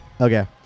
Okay